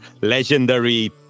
legendary